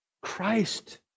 Christ